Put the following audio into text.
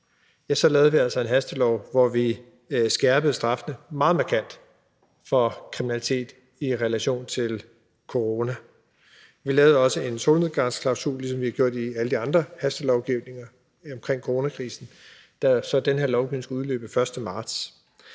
så lavede vi altså en hastelov, hvor vi skærpede straffen meget markant for kriminalitet i relation til corona. Vi lavede også en solnedgangsklausul, ligesom vi har gjort i alle de andre hastelovgivninger omkring coronakrisen, så den her lovgivning skulle udløbe den 1. marts.